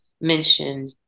mentioned